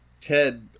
Ted